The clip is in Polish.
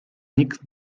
nikt